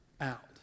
out